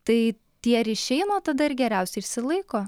tai tie ryšiai nuo tada ir geriausiai išsilaiko